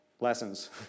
Lessons